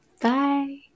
Bye